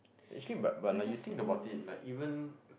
actually but but lah you think about it like even